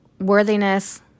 worthiness